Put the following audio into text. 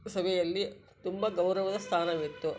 ಸಭೆಯಲ್ಲಿ ತುಂಬ ಗೌರವದ ಸ್ಥಾನವಿತ್ತು